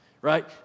right